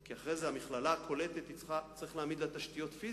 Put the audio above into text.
כי אחרי זה צריך להעמיד למכללה הקולטת תשתיות פיזיות.